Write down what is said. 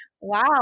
Wow